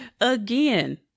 again